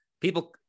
people